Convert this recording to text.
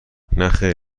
نخیر